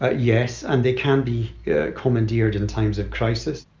ah yes. and they can be yeah commandeered in times of crisis.